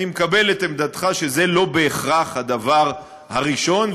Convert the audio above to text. אני מקבל את עמדתך שזה לא בהכרח הדבר הראשון,